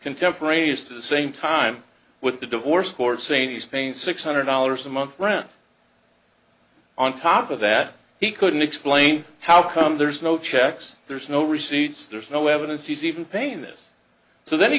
contemporaneous to the same time with the divorce court saying he's paying six hundred dollars a month rent on top of that he couldn't explain how come there's no checks there's no receipts there's no evidence he's even paying this so then he